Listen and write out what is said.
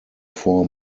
four